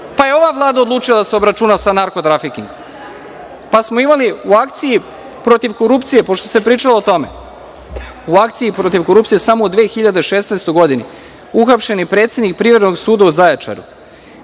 pa je ova Vlada odlučila da se obračuna sa narko drafiking. Imali smo u akciji protiv korupcije, pošto se pričalo o tome, u akciji protiv korupcije samo u 2016. godini uhapšen je predsednik Privrednog suda u Zaječaru,